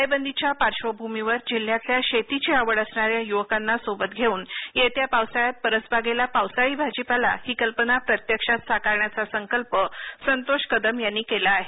टाळेबंदीच्या पार्श्वभूमीवर जिल्ह्यातल्या शेतीची आवड असणाऱ्या युवकांना सोबत घेऊन येत्या पावसाळ्यात परसबागेतला पावसाळी भाजीपाला ही कल्पना प्रत्यक्षात साकारण्याचा संकल्प संतोष कदम यांनी केला आहे